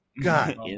God